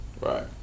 Right